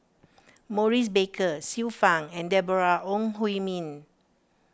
Maurice Baker Xiu Fang and Deborah Ong Hui Min